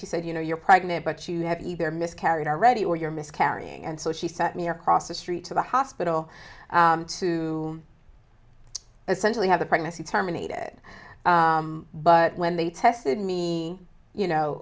she said you know you're pregnant but you have either miscarried already or you're miscarrying and so she sent me across the street to the hospital to essentially have the pregnancy terminated but when they tested me you know